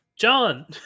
John